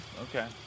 Okay